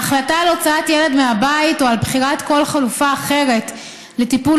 ההחלטה על הוצאת ילד מהבית או על בחירת כל חלופה אחרת לטיפול